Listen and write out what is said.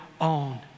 own